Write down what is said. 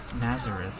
Nazareth